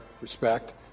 respect